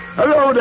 hello